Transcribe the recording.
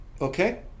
Okay